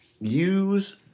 use